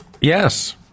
Yes